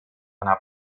anar